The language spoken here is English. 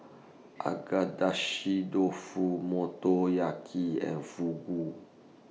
Agedashi Dofu Motoyaki and Fugu